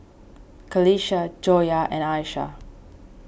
Qalisha Joyah and Aishah